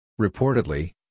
Reportedly